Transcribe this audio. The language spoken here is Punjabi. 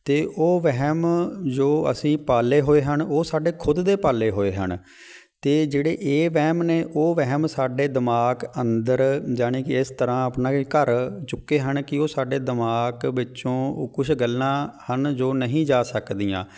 ਅਤੇ ਉਹ ਵਹਿਮ ਜੋ ਅਸੀਂ ਪਾਲੇ ਹੋਏ ਹਨ ਉਹ ਸਾਡੇ ਖੁਦ ਦੇ ਪਾਲੇ ਹੋਏ ਹਨ ਅਤੇ ਜਿਹੜੇ ਇਹ ਵਹਿਮ ਨੇ ਉਹ ਵਹਿਮ ਸਾਡੇ ਦਿਮਾਗ ਅੰਦਰ ਜਾਣੀ ਕਿ ਇਸ ਤਰ੍ਹਾਂ ਆਪਣਾ ਘਰ ਚੁੱਕੇ ਹਨ ਕਿ ਉਹ ਸਾਡੇ ਦਿਮਾਗ ਵਿੱਚੋਂ ਉਹ ਕੁਛ ਗੱਲਾਂ ਹਨ ਜੋ ਨਹੀਂ ਜਾ ਸਕਦੀਆਂ